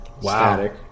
static